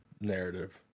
Narrative